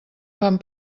fan